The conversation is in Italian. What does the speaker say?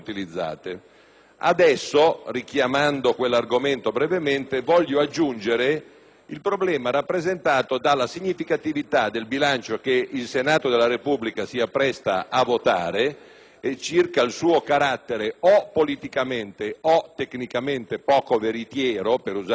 il problema rappresentato dalla significatività del bilancio che il Senato della Repubblica si appresta a votare circa il suo carattere, o politicamente o tecnicamente, poco veritiero - per usare un'espressione eufemistica - a proposito del Ministero della pubblica istruzione.